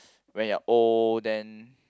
when you're old then